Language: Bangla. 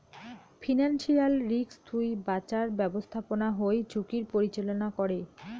ফিনান্সিয়াল রিস্ক থুই বাঁচার ব্যাপস্থাপনা হই ঝুঁকির পরিচালনা করে